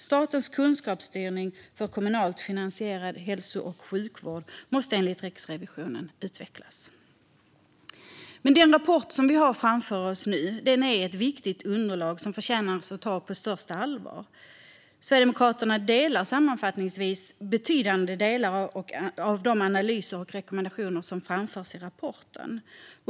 Statens kunskapsstyrning till kommunalt finansierad hälso och sjukvård behöver enligt Riksrevisionen utvecklas. Den rapport vi har framför oss nu är ett viktigt underlag som förtjänar att tas på största allvar. Sverigedemokraterna delar sammanfattningsvis betydande delar av de analyser och rekommendationer som framförs i rapporten.